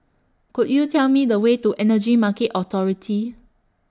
Could YOU Tell Me The Way to Energy Market Authority